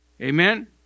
Amen